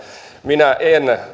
minä en